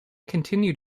continued